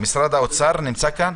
משרד האוצר נמצא כאן?